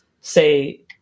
say